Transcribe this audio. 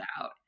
out